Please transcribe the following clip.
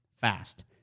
fast